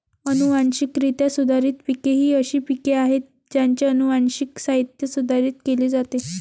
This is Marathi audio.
अनुवांशिकरित्या सुधारित पिके ही अशी पिके आहेत ज्यांचे अनुवांशिक साहित्य सुधारित केले जाते